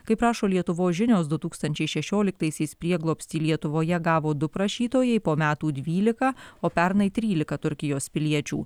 kaip rašo lietuvos žinios du tūkstančiai šešioliktaisiais prieglobstį lietuvoje gavo du prašytojai po metų dvylika o pernai trylika turkijos piliečių